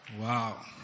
Wow